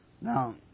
Now